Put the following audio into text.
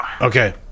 Okay